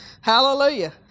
Hallelujah